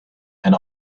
and